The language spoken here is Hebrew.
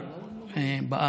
זה